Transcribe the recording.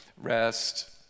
rest